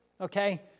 okay